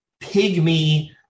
pygmy